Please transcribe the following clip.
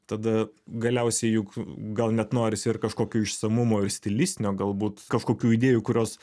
tada galiausiai juk gal net norisi ir kažkokio išsamumo stilistinio galbūt kažkokių idėjų kurios